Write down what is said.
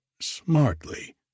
smartly